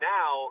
now